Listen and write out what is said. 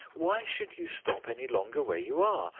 why should you stop any longer where you are?